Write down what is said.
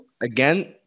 again